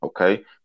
Okay